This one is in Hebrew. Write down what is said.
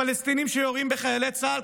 פלסטינים שיורים בחיילים צה"ל,